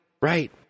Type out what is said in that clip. right